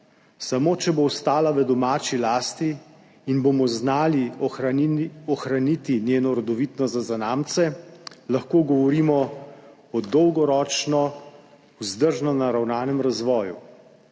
Samo, če bo ostala v domači lasti in bomo znali ohraniti njeno rodovitnost za zanamce, lahko govorimo o dolgoročno vzdržno naravnanem razvoju.